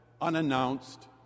unannounced